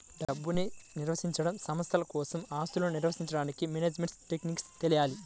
డబ్బుని నిర్వహించడం, సంస్థల కోసం ఆస్తులను నిర్వహించడానికి మేనేజ్మెంట్ టెక్నిక్స్ తెలియాలి